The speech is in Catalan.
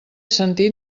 sentit